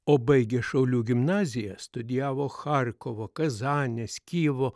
o baigė šaulių gimnaziją studijavo charkovo kazanės kijevo